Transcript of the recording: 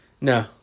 No